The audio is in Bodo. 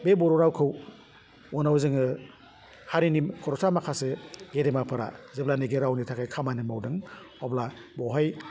बे बर' रावखौ उनाव जोङो हारिनि खर'सा माखासे गेदेमाफोरा जेब्लानाखि रावनि थाखाय खामानि मावदों अब्ला बहाय